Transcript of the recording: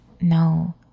no